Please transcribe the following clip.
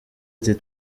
ati